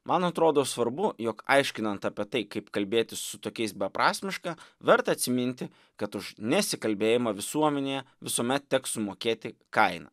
man atrodo svarbu jog aiškinant apie tai kaip kalbėtis su tokiais beprasmiška verta atsiminti kad už nesikalbėjimą visuomenėje visuomet teks sumokėti kainą